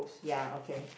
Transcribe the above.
ya okay